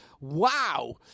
Wow